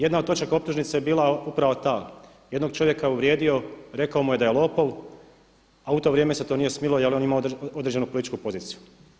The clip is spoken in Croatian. Jedna od točaka optužnice je bila upravo ta, jednog čovjeka je uvrijedio, rekao mu je da je lopov a u to vrijeme se to nije smjelo jer je on imao određenu političku poziciju.